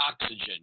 oxygen